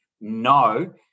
no